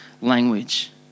language